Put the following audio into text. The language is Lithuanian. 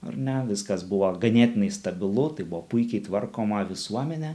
ar ne viskas buvo ganėtinai stabilu tai buvo puikiai tvarkoma visuomenė